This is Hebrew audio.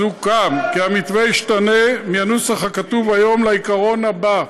סוכם כי המתווה ישתנה מהנוסח הכתוב היום לעיקרון הבא: